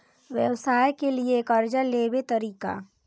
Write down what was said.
व्यवसाय के लियै कर्जा लेबे तरीका?